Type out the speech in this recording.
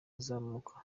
kuzamuka